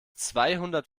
zweihundert